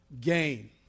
gain